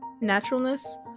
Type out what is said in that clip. Naturalness